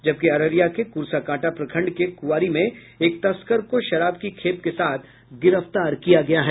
जबकि अररिया के कुर्साकांटा प्रखंड के कुआरी में एक तस्कर को शराब की खेप के साथ गिरफ्तार किया गया है